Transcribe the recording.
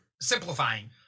simplifying